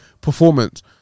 performance